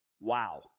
Wow